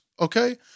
okay